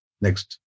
Next